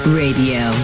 radio